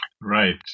Right